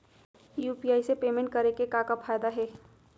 UPI से payment करे के का का फायदा हे?